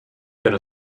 gonna